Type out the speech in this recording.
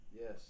Yes